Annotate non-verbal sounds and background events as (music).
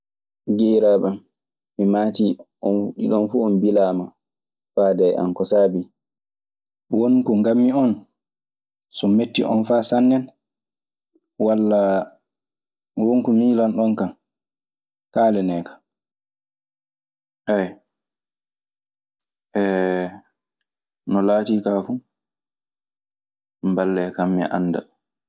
"Giƴiraaɓe an, mi maatii on ɗiɗon fuu on bilaama faade e an. Ko saabii? Won ko ngaɗmi on so metti on faa sanne? Walla won ko miilan ɗon kan? Kaalanee kan." Aya (hesitation) no laati ka fu mballeekam mi annda.